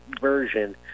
version